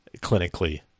clinically